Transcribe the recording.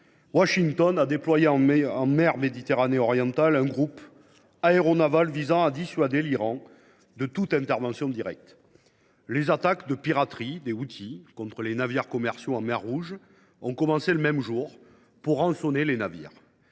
Washington a déployé en Méditerranée orientale un groupe aéronaval visant à dissuader l’Iran de toute intervention directe. Les actes de piraterie des Houthis pour rançonner les navires commerciaux en mer Rouge ont commencé le même jour. Les États Unis ont alors